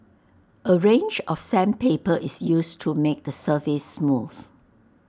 A range of sandpaper is used to make the surface smooth